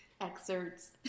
excerpts